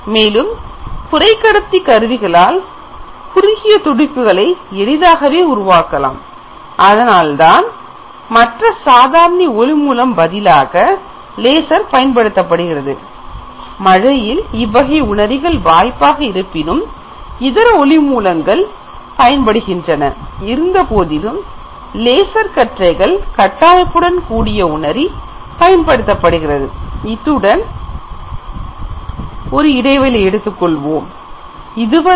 மேலும் குறைக்கடத்தி கருவிகளால் குறுகிய துடிப்புகளை எளிதாக உருவாக்கலாம் ஆதலால் தான் மற்ற சாதாரண ஒளி மூலம் பதிலாக லேசர் பயன்படுத்தப்படுகிறது மழையில் இவ்வகை உணரிகள் வாய்ப்பாக இருப்பினும் இதர ஒளி மூலங்கள் பயன்படுகின்றன இருந்தபோதிலும் லேசர் கற்றைகள் கட்டமைப்புடன் கூடிய உணரி பயன்படுகிறது இத்துடன் ஒரு இடைவேளை விடுகிறேன் இதுவரை